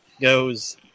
goes